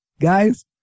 guys